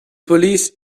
police